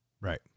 Right